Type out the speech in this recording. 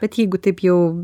bet jeigu taip jau